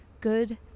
good